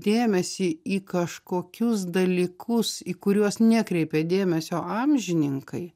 dėmesį į kažkokius dalykus į kuriuos nekreipia dėmesio amžininkai